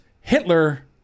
Hitler